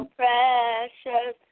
precious